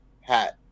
hat